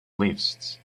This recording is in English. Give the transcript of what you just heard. lifts